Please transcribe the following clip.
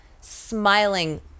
Smiling